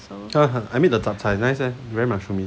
I made the chap chye nice leh very mushroomy